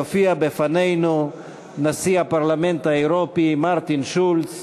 יופיע בפנינו נשיא הפרלמנט האירופי מרטין שולץ